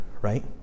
right